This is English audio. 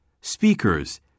Speakers